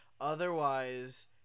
Otherwise